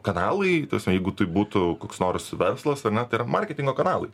kanalai tasme jeigu tai būtų koks nors verslas ar na tai yra marketingo kanalai